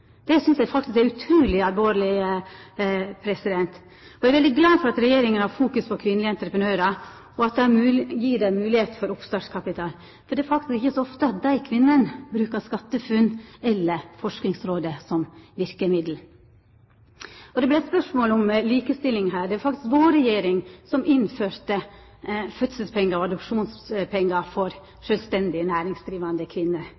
Det synest eg er utruleg alvorleg. Eg er veldig glad for at regjeringa fokuserer på kvinnelege entreprenørar og gir dei moglegheit for oppstartskapital, for det er faktisk ikkje så ofte at desse kvinnene brukar SkatteFUNN-ordninga eller Forskingsrådet som verkemiddel. Det kom spørsmål her om likestilling. Det var faktisk vår regjering som innførte fødselspengar og adopsjonspengar for sjølvstendig næringsdrivande kvinner